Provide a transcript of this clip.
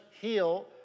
heal